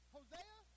Hosea